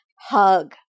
hug